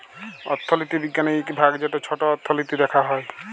অথ্থলিতি বিজ্ঞালের ইক ভাগ যেট ছট অথ্থলিতি দ্যাখা হ্যয়